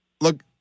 Look